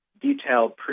detailed